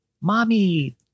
Mommy